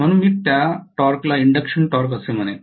म्हणून मी त्या टॉर्कला इंडक्शन टॉर्क असे म्हणेन